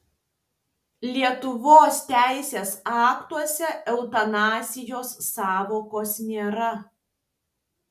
lietuvos teisės aktuose eutanazijos sąvokos nėra